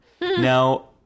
Now